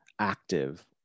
active